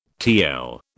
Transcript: TL